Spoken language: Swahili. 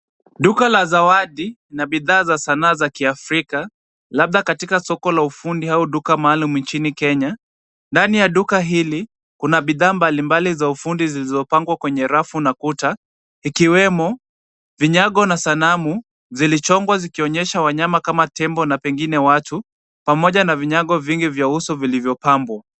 Duka la zawadi na bidhaa za sanaa za Kiafrika, labda katika soko la ufundi au duka maalum nchini Kenya. Ndani ya duka hili, kuna bidhaa mbalimbali za ufundi zilizopangwa kwenye rafu na kuta. Ikiwemo vinyago na sanamu zilichongwa zikionyesha wanyama kama tembo na pengine watu, pamoja na vinyago vingi vya uso vilivyopambwa.